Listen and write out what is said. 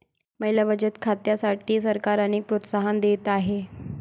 महिला बचत खात्यांसाठी सरकार अनेक प्रोत्साहन देत आहे